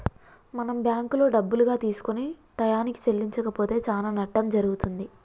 మనం బ్యాంకులో డబ్బులుగా తీసుకొని టయానికి చెల్లించకపోతే చానా నట్టం జరుగుతుంది